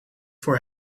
voor